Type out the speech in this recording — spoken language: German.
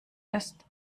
ist